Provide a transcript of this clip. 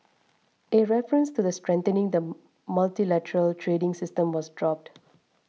a reference to strengthening the multilateral trading system was dropped